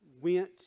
went